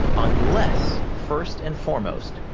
unless, first and foremost,